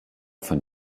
von